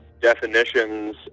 definitions